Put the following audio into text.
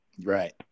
Right